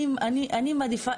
אני מעדיפה,